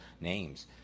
names